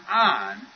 on